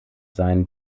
seinen